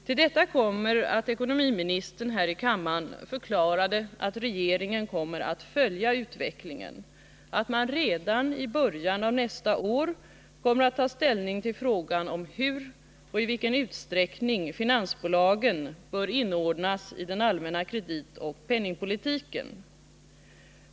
Till detta kommer att ekonomiministern här i kammaren förklarade att regeringen skall följa utvecklingen och att man redan i början av nästa år kommer att ta ställning till frågan om hur och i vilken utsträckning finansbolagen bör inordnas i den allmänna kreditoch penningpolitiken.